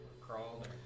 crawled